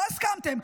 לא הסכמתם.